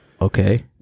Okay